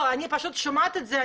אני פשוט שומעת את זה,